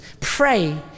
pray